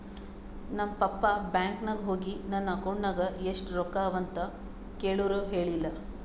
ನಮ್ papa bank ನಾಗ್ ಹೋಗಿ ನನ್ ಅಕೌಂಟ್ ನಾಗ್ ಎಷ್ಟ ರೊಕ್ಕಾ ಅವಾ ಅಂತ್ ಕೇಳುರ್ ಹೇಳಿಲ್ಲ